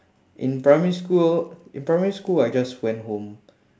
in primary school in primary school I just went home